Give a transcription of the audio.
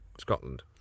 Scotland